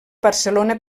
barcelona